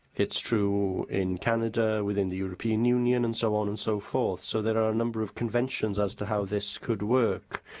it's also true in canada, within the european union, and so on and so forth. so, there are a number of conventions as to how this could work.